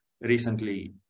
recently